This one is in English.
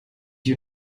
you